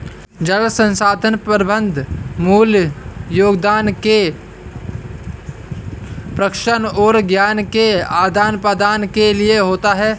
जल संसाधन प्रबंधन मूल योगदान के प्रकाशन और ज्ञान के आदान प्रदान के लिए होता है